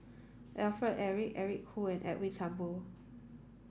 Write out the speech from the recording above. Alfred Eric Eric Khoo and Edwin Thumboo